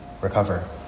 recover